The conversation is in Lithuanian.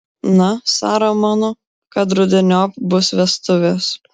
na sara mano kad rudeniop bus vestuvės